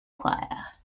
choir